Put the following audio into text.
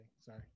sorry